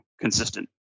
consistent